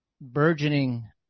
burgeoning